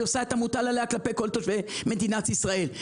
עושה את המוטל עליה כלפי כל תושבי מדינת ישראל.